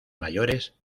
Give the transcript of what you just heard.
mayores